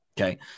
okay